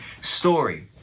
story